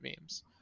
memes